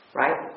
right